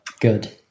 good